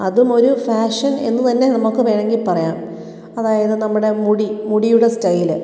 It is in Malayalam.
അതുമൊരു ഫാഷൻ എന്നുതന്നെ നമുക്ക് വേണമെങ്കിൽ പറയാം അതായത് നമ്മുടെ മുടി മുടിയുടെ സ്റ്റൈല്